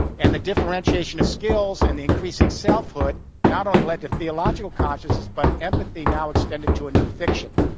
and the differentiation of scales and the increasing selfhood not only led to theological consciousness but empathy now extended to a new fiction,